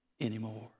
anymore